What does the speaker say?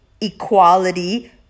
equality